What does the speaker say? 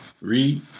read